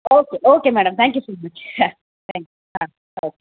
okay okay madam thank you so much ಹಾಂ thank you ಹಾಂ ಹಾಂ ಓಕೆ